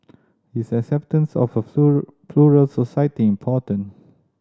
is acceptance of a plural society important